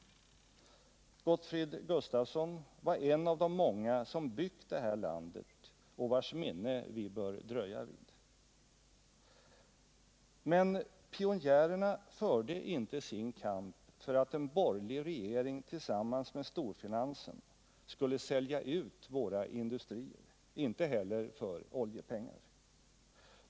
Goutfrid Gustavsson var en av de många som byggt det här landet och vars minne vi bör dröja vid. Men pionjärerna förde inte sin kamp för att en borgerlig regering tillsammans med storfinansen skulle sälja ut våra industrier, inte ens för oljepengar.